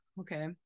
Okay